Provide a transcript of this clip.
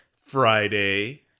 Friday